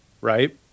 right